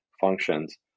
functions